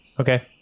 okay